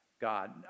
God